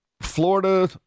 Florida